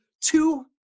two